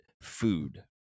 food